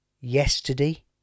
yesterday